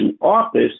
office